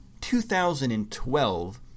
2012